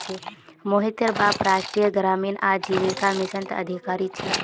मोहितेर बाप राष्ट्रीय ग्रामीण आजीविका मिशनत अधिकारी छे